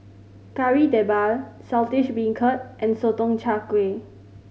Kari Debal Saltish Beancurd and Sotong Char Kway